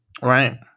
right